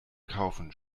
kaufen